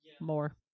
more